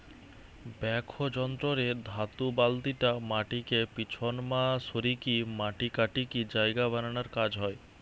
backhoe যন্ত্র রে ধাতু বালতিটা মাটিকে পিছনমা সরিকি মাটি কাটিকি জায়গা বানানার কাজ হয়